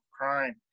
crime